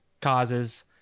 causes